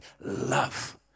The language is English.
love